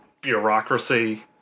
bureaucracy